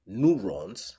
neurons